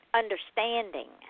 understanding